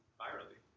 virally